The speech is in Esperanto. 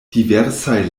diversaj